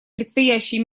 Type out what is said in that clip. предстоящие